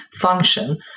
function